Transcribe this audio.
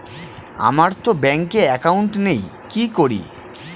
আমারতো ব্যাংকে একাউন্ট নেই কি করি?